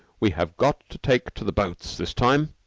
we have got to take to the boats this time.